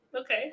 Okay